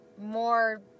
more